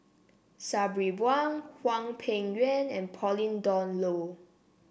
Sabri Buang Hwang Peng Yuan and Pauline Dawn Loh